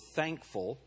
thankful